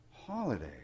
holiday